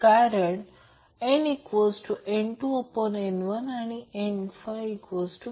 कारण nN2N1 आणि N250